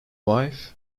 wife